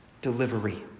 delivery